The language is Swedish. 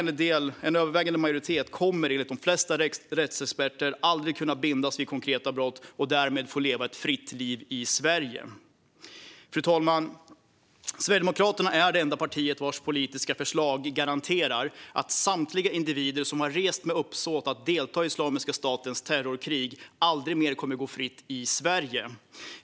En övervägande majoritet kommer dock, enligt de flesta rättsexperter, aldrig att kunna bindas vid konkreta brott och kommer därmed att få leva ett fritt liv i Sverige. Fru talman! Sverigedemokraterna är det enda parti vars politiska förslag garanterar att samtliga individer som har rest med uppsåt att delta i Islamiska statens terrorkrig aldrig mer kommer att gå fritt i Sverige.